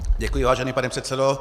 Děkuji, vážený pane předsedo.